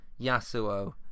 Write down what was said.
Yasuo